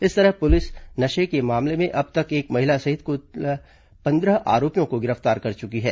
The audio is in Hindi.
इस तरह पुलिस नशे के मामले में अब तक एक महिला सहित कुल पंद्रह आरोपियों को गिरफ्तार कर चुकी है